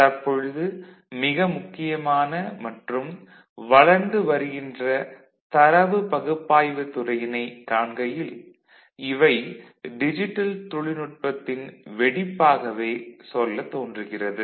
தற்பொழுது மிக முக்கியமான மற்றும் வளர்ந்து வருகின்ற தரவு பகுப்பாய்வு துறையினை காண்கையில் இவை டிஜிட்டல் தொழில்நுட்பத்தின் வெடிப்பாகவே சொல்ல தோன்றுகிறது